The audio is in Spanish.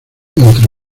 entre